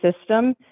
system